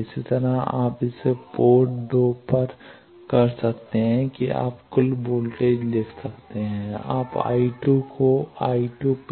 इसी तरह आप इसे पोर्ट 2 पर कर सकते हैं कि आप कुल वोल्टेज लिख सकते हैं आप I2 को और